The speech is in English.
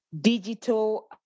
digital